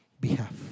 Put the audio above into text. behalf